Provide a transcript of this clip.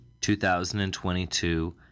2022